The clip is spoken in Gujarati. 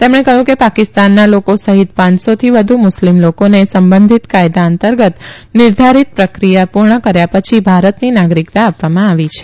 તેમણે કહ્યું કે પાકિસ્તાનના લોકો સહિત પાંચસોથી વધુ મુસ્લિમ લોકોને સંબંધિત કાયદા અંતર્ગત નિર્ધારિત પ્રક્રિયા પૂર્ણ કર્યા પછી ભારતની નાગરિકતા આપવામાં આવી છે